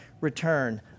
return